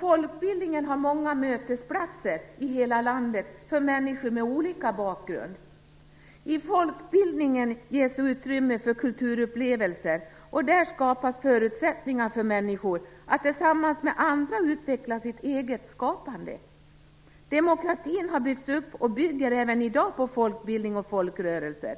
Folkbildningen har många mötesplatser i hela landet för människor med olika bakgrund. I folkbildningen ges utrymme för kulturupplevelser, och där skapas förutsättningar för människor att tillsammans med andra utveckla sitt eget skapande. Demokratin har byggts upp och bygger även i dag på folkbildning och folkrörelser.